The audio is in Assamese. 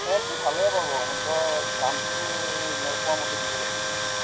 কলটো ভালেই পাব মাত্ৰ দামটো সেই মই কোৱামতে দিব লাগিব আৰু